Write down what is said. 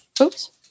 Oops